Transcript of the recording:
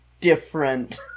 different